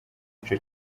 ico